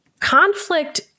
Conflict